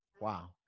Wow